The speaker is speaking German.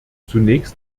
zunächst